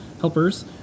helpers